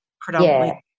predominantly